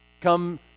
come